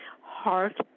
heart